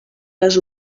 les